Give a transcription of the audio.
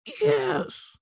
Yes